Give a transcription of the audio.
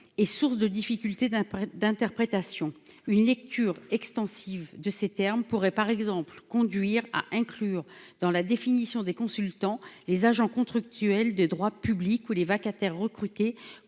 et source de difficultés d'un prix d'interprétation, une lecture extensive de ces termes pourrait par exemple conduire à inclure dans la définition des consultants les agents contractuels de droit public ou les vacataires recrutés